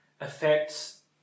Affects